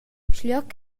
schiglioc